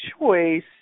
choice